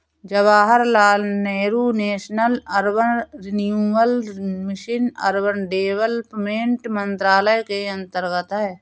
Jawaharlal Nehru national urban renewal mission urban development मंत्रालय के अंतर्गत आता है